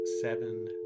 seven